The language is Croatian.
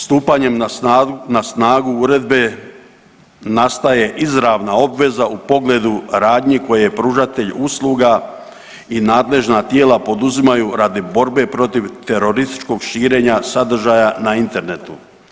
Stupanjem na snagu uredbe nastaje izravna obveza u pogledu radnji koje pružatelj usluga i nadležna tijela poduzimaju radi borbe protiv terorističkog širenja sadržaja na internetu.